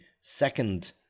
second